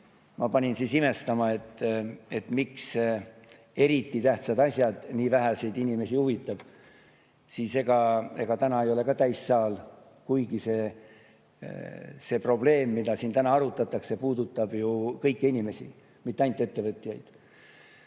Ma imestasin siis, et miks eriti tähtsad asjad nii väheseid inimesi huvitavad. Ega täna ei ole ka täissaal, kuigi see probleem, mida siin arutatakse, puudutab ju kõiki inimesi, mitte ainult ettevõtjaid.